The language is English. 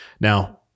Now